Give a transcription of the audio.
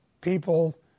People